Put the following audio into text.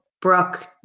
Brooke